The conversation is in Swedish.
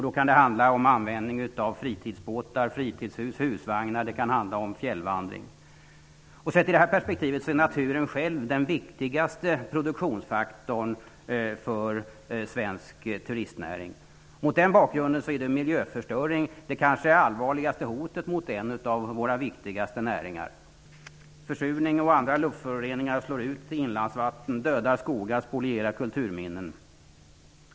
Det kan handla om användning av fritidsbåtar, fritidshus, husvagnar och fjällvandring. Sett i det perspektivet är naturen självt den viktigaste produktionsfaktorn för svensk turistnäring. Mot den bakgrunden är miljöförstöring det kanske allvarligaste hotet mot en av våra viktigaste näringar. Försurning och andra luftföroreningar slår ut inlandsvatten, dödar skogar och spolierar kulturminnen.